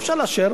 אפשר לאשר,